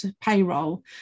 payroll